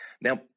Now